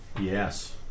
Yes